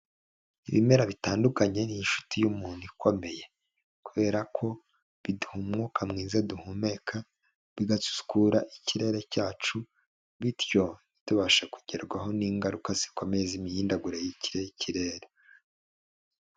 Ibimera bitandukanye ni inshuti y'umuntu ikomeye kubera ko biduha umwuka mwiza duhumeka, bigasukura ikirere cyacu, bityo ntitubashe kugerwaho n'ingaruka zikomeye z'imihindagurikire y'ikirere.